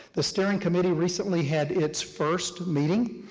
the steering committee recently had its first meeting,